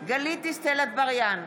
גלית דיסטל אטבריאן,